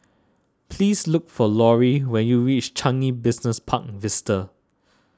please look for Lori when you reach Changi Business Park Vista